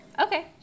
Okay